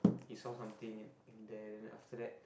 he saw something in there then after that